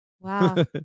wow